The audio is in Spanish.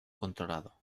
controlado